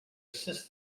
assist